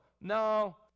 No